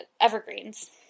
evergreens